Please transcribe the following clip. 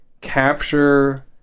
capture